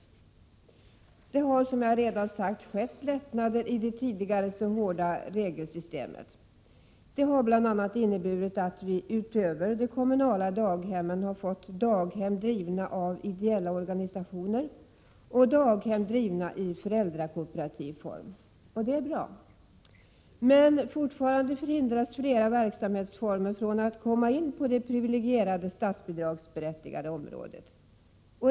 Det har skett lättnader i det tidigare så hårda regelsystemet. Detta har bl.a. inneburit att vi utöver kommunala daghem också fått daghem drivna av ideella organisationer och i föräldrakooperativ form. Det är bra. Men fortfarande förhindras flera verksamhetsformer från att komma in på det privilegierade statsbidragsberättigade området.